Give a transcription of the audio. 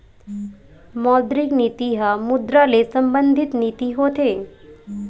मौद्रिक नीति ह मुद्रा ले संबंधित नीति होथे